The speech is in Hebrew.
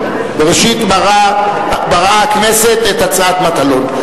בראשית בראה הכנסת את הצעת מטלון.